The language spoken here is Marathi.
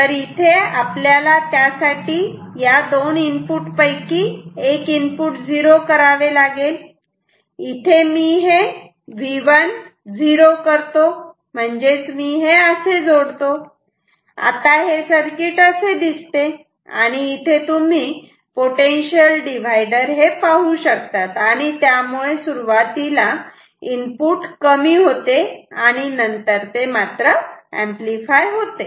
तर इथे आपल्याला त्यासाठी या दोन इनपुट पैकी एक इनपुट झिरो करावे लागेल इथे मी हे V1 0 करतो म्हणजेच मी हे असे जोडतो आता हे सर्किट असे दिसते आणि आता इथे तुम्ही पोटेन्शियल डीवाईडर पाहू शकतात आणि त्यामुळे सुरुवातीला इनपुट कमी होते आणि नंतर ते एंपलीफाय होते